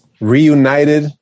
Reunited